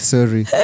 Sorry